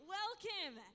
welcome